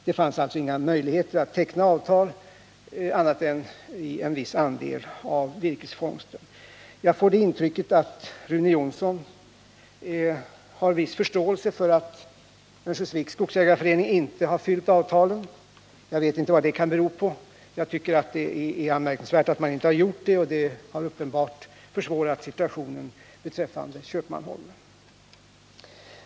Det fanns alltså inga möjligheter att teckna avtal annat än beträffande en viss andel av virkesfångsten. Jag får det intrycket att Rune Jonsson har viss förståelse för att Örnsköldsviks skogsägareförening inte har fyllt avtalen. Jag tycker att det är anmärkningsvärt att man inte har gjort det. och jag vet inte vad det kan bero på. Det har uppenbart försvårat situationen beträffande Köpmanholmen.